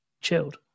chilled